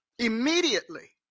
Immediately